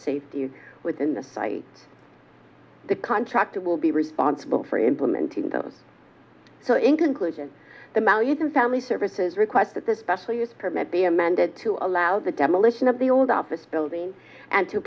and within the site the contractor will be responsible for implementing them so in conclusion the mounties and family services request that the special permit be amended to allow the demolition of the old office building and to